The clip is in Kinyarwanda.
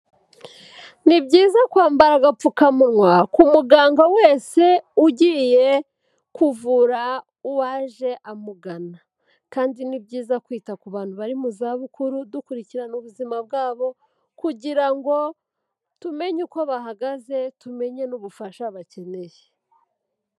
Ni byiza kwambara agapfukamunwa ku muganga wese ugiye kuvura uwaje amugana, kandi ni byiza kwita ku bantu bari mu zabukuru, dukurikirana ubuzima bwabo kugira ngo tumenye uko bahagaze, tumenye n'ubufasha bakeneye.